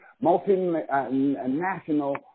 multi-national